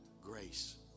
grace